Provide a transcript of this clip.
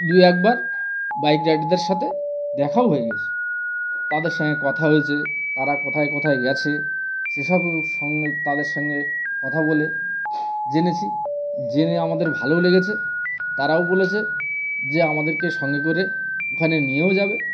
দুই একবার বাইক রাইডারদের সাথে দেখাও হয়ে গেছে তাদের সঙ্গে কথা হয়েছে তারা কোথায় কোথায় গেছে সেসব সঙ্গে তাদের সঙ্গে কথা বলে জেনেছি জেনে আমাদের ভালো লেগেছে তারাও বলেছে যে আমাদেরকে সঙ্গে করে ওখানে নিয়েও যাবে